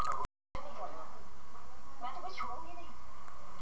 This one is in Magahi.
हम खाता खोलबे के कते दिन बाद डेबिड कार्ड के लिए अप्लाई कर सके हिये?